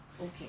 Okay